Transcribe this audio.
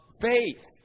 faith